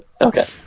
Okay